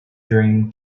dream